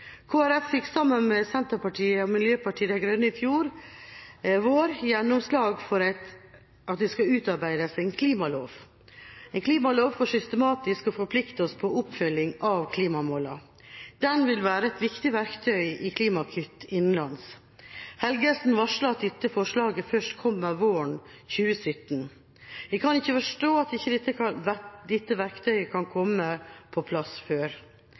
Folkeparti fikk sammen med Senterpartiet og Miljøpartiet De Grønne i fjor vår gjennomslag for at det skal utarbeides en klimalov – en klimalov for systematisk å forplikte oss på oppfølging av klimamålene. Den vil være et viktig verktøy i klimakutt innenlands. Helgesen varslet at dette først kommer våren 2017. Jeg kan ikke forstå at dette verktøyet ikke kan komme på plass før.